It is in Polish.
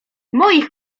moich